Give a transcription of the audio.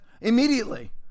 immediately